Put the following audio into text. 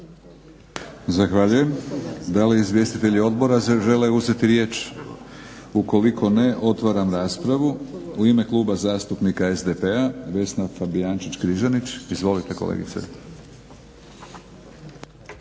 Zahvaljujem. Da li izvjestitelji odbora žele uzeti riječ? Ukoliko ne otvaram raspravu. U ime Kluba zastupnika SDP-a Vesna Fabijančić Križanić. Izvolite kolegice.